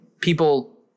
People